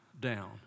down